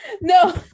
no